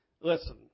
Listen